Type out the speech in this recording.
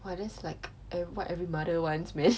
!wah! that's like uh what every mother wants man